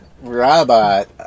Robot